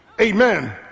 amen